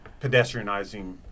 pedestrianizing